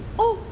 oh